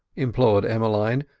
implored emmeline,